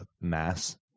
mass